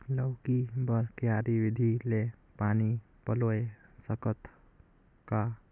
लौकी बर क्यारी विधि ले पानी पलोय सकत का?